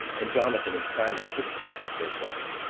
and jonathan and simon took judas, their brother,